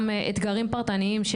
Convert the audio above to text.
גם אתגרים פרטניים,